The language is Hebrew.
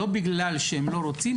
לא בגלל שהם לא רוצים,